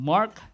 Mark